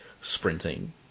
sprinting